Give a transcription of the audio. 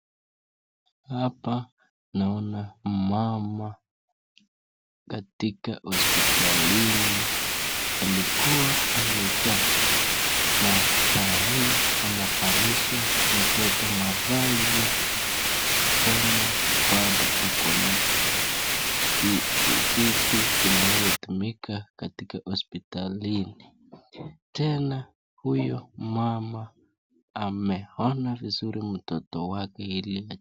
Hapa naona mama katika hospitali alikuwa amezaa na sai anavalisha mtoto mavazi kama bado akona vitu inayotumika katika hospitalini, tena huyu mama ameona vizuri mtoto wake.